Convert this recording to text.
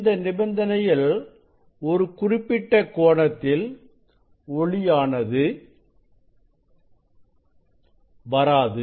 இந்த நிபந்தனையில் இந்த குறிப்பிட்ட கோணத்தில் ஒளியானது வராது